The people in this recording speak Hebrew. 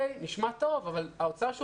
נשמע טוב אבל האוצר,